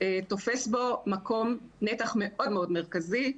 תופס בו נתח מאוד מאוד מרכזי.